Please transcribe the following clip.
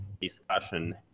discussion